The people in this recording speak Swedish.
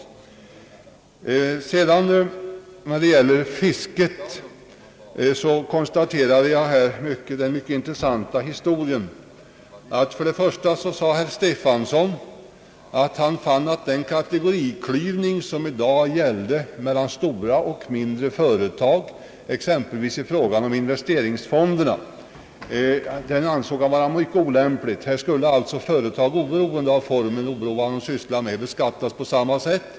När det gäller gynnsammare avdragsregler för fiskare konstaterade jag det mycket intressanta förhållandet att herr Stefanson först sade att han ansåg den kategoriklyvning som i dag finns mellan stora och mindre företag exempelvis i fråga om investeringsfonderna vara mycket olämplig — företag skulle oberoende av formen och oberoende av vad de sysslar med beskattas på samma sätt.